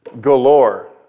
galore